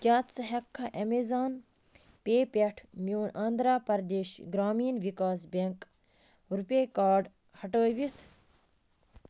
کیٛاہ ژٕ ہٮ۪ککھا اٮ۪مٮ۪زان پے پٮ۪ٹھ میون Andhra Pradesh Grameen Vikas bank RuPay card ہٹٲوِتھ